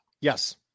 Yes